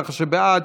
כך שבעד,